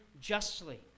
justly